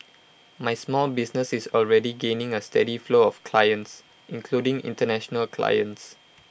my small business is already gaining A steady flow of clients including International clients